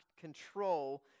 control